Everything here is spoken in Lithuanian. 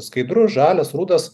skaidrus žalias rudas